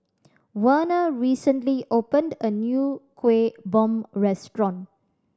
Werner recently opened a new Kueh Bom restaurant